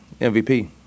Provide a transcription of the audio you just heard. MVP